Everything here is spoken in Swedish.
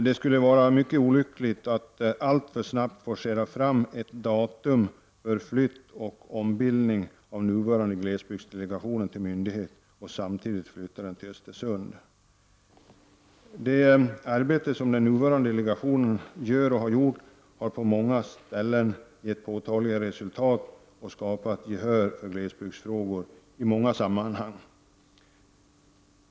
Det skulle vara mycket olyckligt att alltför snabbt forcera fram ett datum för flytt och ombildning. Det arbete som den nuvarande delegationen gör — och har gjort — har på många orter gett påtagliga resultat, och det har skapat gehör för glesbygdsfrågor i många sammanhang.